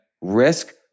risk